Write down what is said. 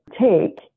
take